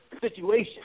situation